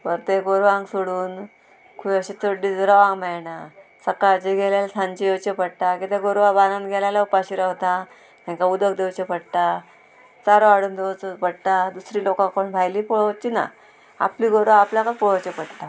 परते गोरवांक सोडून खंय अशें चड दीस रावंक मेळना सकाळचें गेल्यार सांजेचें येवचें पडटा कित्याक गोरवांक बांदून गेल्या उपाशी रावता तेंकां उदक दवरचें पडटा चारो हाडून दवरचो पडटा दुसरी लोकां कोण भायलीं पळोवचीं ना आपलीं गोरवां आपल्याक पळोवचें पडटा